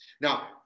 Now